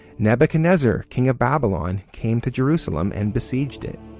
nabuchodonosor king of babylon came to jerusalem, and besieged it.